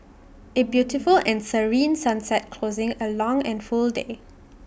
A beautiful and serene sunset closing A long and full day